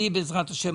בעזרת השם,